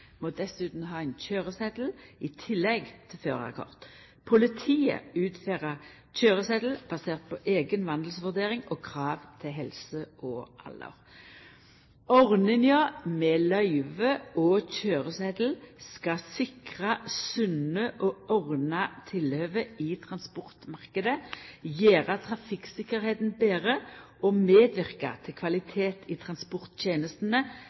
må dessutan ha ein køyresetel i tillegg til førarkort. Politiet utferdar køyresetel basert på eiga vandelsvurdering og krav til helse og alder. Ordninga med løyve og køyresetel skal sikra sunne og ordna tilhøve i transportmarknaden, gjera tryggleiken i trafikken betre og medverka til kvalitet i transporttenestene